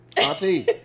Auntie